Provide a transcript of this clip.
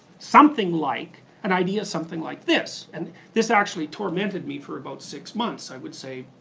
something like an idea something like this. and this actually tormented me for about six months. i would say,